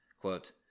quote